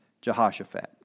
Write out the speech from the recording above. Jehoshaphat